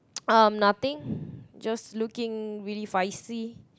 um nothing just looking really feisty